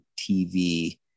TV